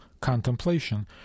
contemplation